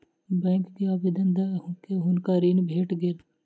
bank के आवेदन दअ के हुनका ऋण भेट गेल